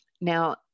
Now